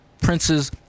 Prince's